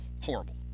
horrible